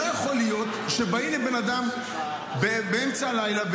לא יכול להיות שבאים לבן אדם באמצע הלילה,